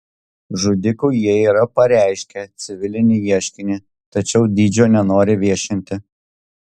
žudikui jie yra pareiškę civilinį ieškinį tačiau dydžio nenori viešinti